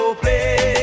play